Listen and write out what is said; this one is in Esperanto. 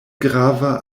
grava